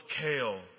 kale